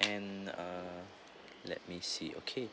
and uh let me see okay